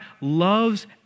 loves